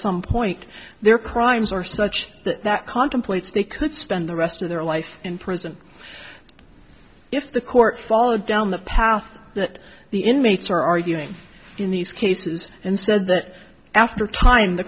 some point their crimes are such that contemplates they could spend the rest of their life in prison if the court followed down the path that the inmates are arguing in these cases and said that after time the